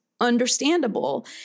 understandable